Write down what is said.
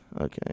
Okay